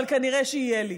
אבל כנראה שיהיה לי.